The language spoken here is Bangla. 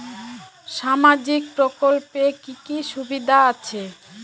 সামাজিক প্রকল্পের কি কি সুবিধা আছে?